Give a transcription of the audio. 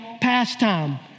pastime